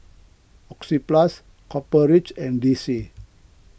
Oxyplus Copper Ridge and D C